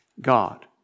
God